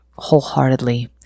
wholeheartedly